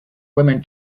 women